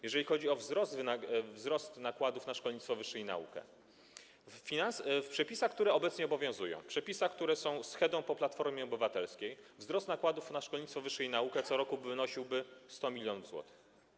Jeżeli chodzi o wzrost nakładów na szkolnictwo wyższe i naukę, to w przepisach, które obecnie obowiązują, w przepisach, które są schedą po Platformie Obywatelskiej, wzrost nakładów na szkolnictwo wyższe i naukę co roku wynosiłby 100 mln zł.